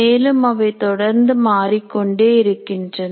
மேலும் அவை தொடர்ந்து மாறிக்கொண்டே இருக்கின்றன